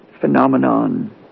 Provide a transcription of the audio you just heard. phenomenon